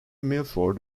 milford